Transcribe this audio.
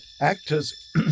Actors